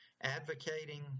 advocating